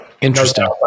Interesting